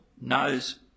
knows